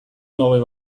новые